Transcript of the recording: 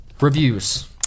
Reviews